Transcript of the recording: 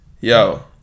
Yo